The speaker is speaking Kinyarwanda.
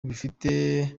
bifite